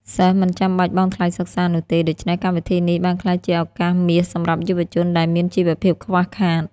សិស្សមិនចាំបាច់បង់ថ្លៃសិក្សានោះទេ ដូច្នេះកម្មវិធីនេះបានក្លាយជាឱកាសមាសសម្រាប់យុវជនដែលមានជីវភាពខ្វះខាត។